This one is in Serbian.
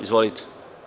Izvolite.